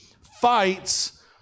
Fights